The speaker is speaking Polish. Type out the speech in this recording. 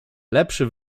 lepszy